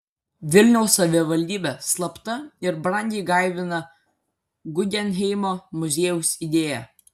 vilniaus savivaldybė slapta ir brangiai gaivina guggenheimo muziejaus idėją